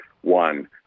one